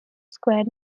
square